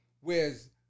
whereas